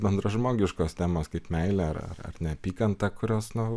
bendražmogiškos temos kaip meilė ar ar neapykanta kurios nu